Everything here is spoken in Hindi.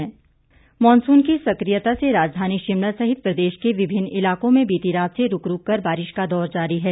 मौसम मानसून की सक्रियता से राजधानी शिमला सहित प्रदेश के विभिन्न इलाकों में बीती रात से रूक रूक कर बारिश का दौर जारी है